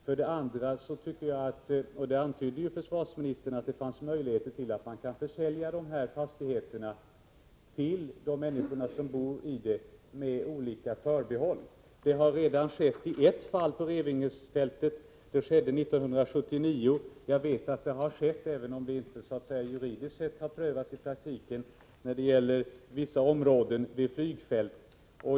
Försvarsministern antyder också att det finns möjligheter att försälja fastigheterna med olika förbehåll till de människor som bor i dem. Det har redan skett i ett fall beträffande Revingefältet, år 1979. Och jag vet att det har skett — även om det inte har prövats juridiskt i praktiken — när det gäller vissa områden vid flygfält.